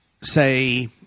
say